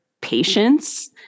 patience